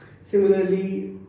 Similarly